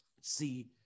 See